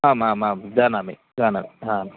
आम् आम् आं जानामि जानामि ह